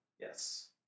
Yes